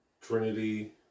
Trinity